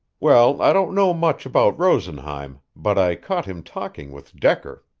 well, i don't know much about rosenheim, but i caught him talking with decker.